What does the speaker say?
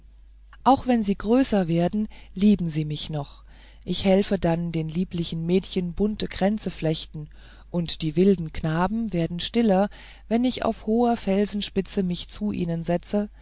auch wenn sie größer werden lieben sie mich noch ich helfe dann den lieblichen mädchen bunte kränze flechten und die wilden knaben werden stiller wenn ich auf hoher felsenspitze mich zu ihnen setze